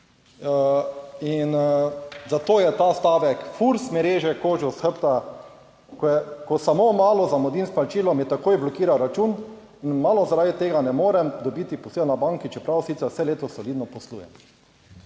In zato je ta stavek, FURS mi reže kožo s hrbta. Ko je, ko samo malo zamudim s plačilom, mi takoj blokira račun in malo zaradi tega ne morem dobiti posojila na banki, čeprav sicer vse leto solidno poslujem.